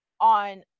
on